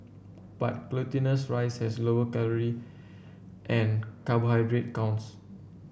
but glutinous rice has lower calorie and carbohydrate counts